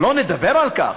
שלא נדבר על כך,